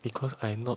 because I'm not